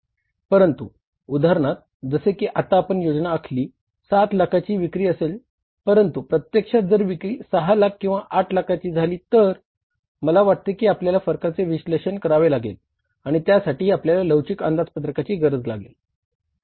परंतु उदाहरणार्थ जसे की आतापण योजना आखली 7 लाखाची विक्री असेल परंतु प्रत्यक्षात जर विक्री 6 लाख किंवा 8 लाखाची झाली तर मला वाटते कि आपल्याला फरकाचे विश्लेषण करावे लागेल आणि त्यासाठी आपल्याला लवचिक अंदाजपत्रकाची गरज लागेल